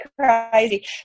crazy